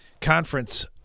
conference